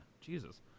jesus